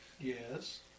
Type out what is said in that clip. Yes